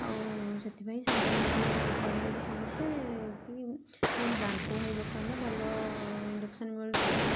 ଆଉ ସେଥିପାଇଁ ସେ ମତେ କହିଲେ ଯେ ସମସ୍ତେ କି ଏଇ ବାଙ୍କୁ ଭାଇ ଦୋକାନରେ ଭଲ ଇଣ୍ଡକ୍ସନ ମିଳୁଛି